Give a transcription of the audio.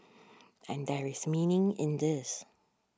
and there is meaning in this